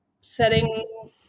setting